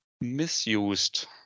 Misused